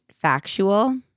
factual